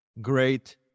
great